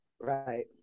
Right